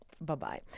Bye-bye